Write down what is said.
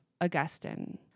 Augustine